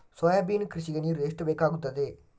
Soybean ಕೃಷಿಗೆ ನೀರು ಎಷ್ಟು ಬೇಕಾಗುತ್ತದೆ?